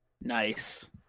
Nice